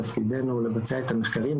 תפקידנו לבצע את המחקרים,